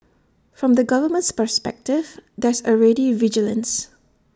from the government's perspective there's already vigilance